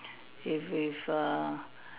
if if err